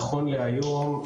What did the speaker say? נכון להיום,